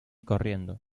corriendo